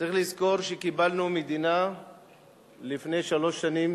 צריך לזכור שלפני שלוש שנים